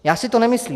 Já si to nemyslím.